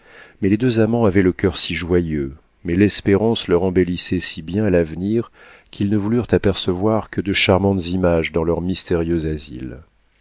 mais les deux amants avaient le coeur si joyeux mais l'espérance leur embellissait si bien l'avenir qu'ils ne voulurent apercevoir que de charmantes images dans leur mystérieux asile